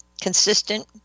consistent